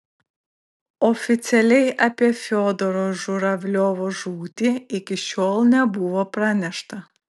oficialiai apie fiodoro žuravliovo žūtį iki šiol nebuvo pranešta